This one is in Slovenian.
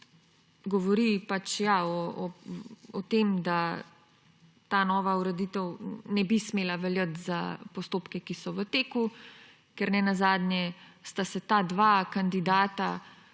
Govori o tem, da ta nova ureditev ne bi smela veljati za postopke, ki so v teku, ker ne nazadnje sta se ta dva kandidata